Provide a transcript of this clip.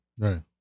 right